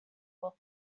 will